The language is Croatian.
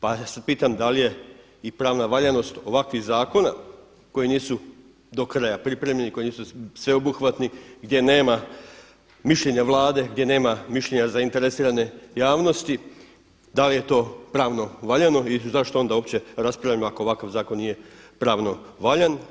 Pa se pitam da li je i pravna valjanost ovakvih zakona koji nisu do kraja pripremljeni, koji nisu sveobuhvatni, gdje nema mišljenja Vlade, gdje nema mišljenja zainteresirane javnosti da li je to pravno valjano i zašto onda uopće raspravljamo ako ovakav zakon nije pravno valjan.